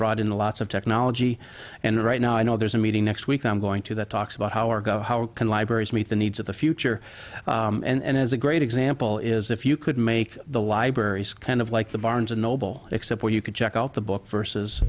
brought in lots of technology and right now i know there's a meeting next week i'm going to that talks about how our go how can libraries meet the needs of the future and as a great example is if you could make the library scan of like the barnes and noble except where you can check out the book versus